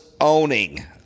owning